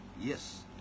Yes